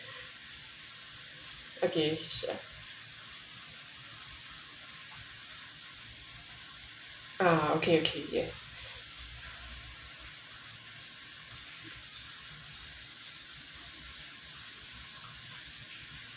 okay sure uh okay okay yes